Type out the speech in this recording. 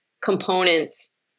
components